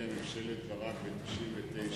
שהביאה ממשלת ברק ב-1999,